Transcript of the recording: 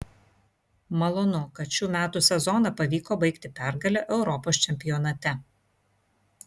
malonu kad šių metų sezoną pavyko baigti pergale europos čempionate